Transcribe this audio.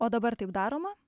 o dabar taip daroma